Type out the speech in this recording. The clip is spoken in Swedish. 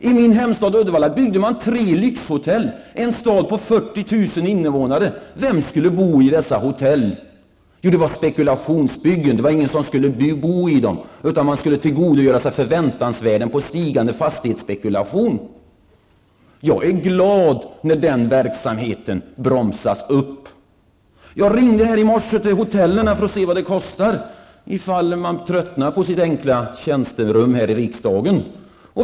I min hemstad Uddevalla, en stad på över 40 000 invånare, byggde man tre lyxhotell. Vem skulle bo i dessa hotell. Jo, det var spekulationsbyggen. Det var ingen som skulle bo i dem. Man skulle tillgodogöra sig stigande förväntansvärden genom fastighetsspekulation. Jag är glad när den verksamheten bromsas upp. I morse ringde jag till hotellen här i Stockholm för att ta reda på vad det kostar att bo på hotell -- ifall man skulle tröttna på sitt enkla tjänsterum här i riksdagen.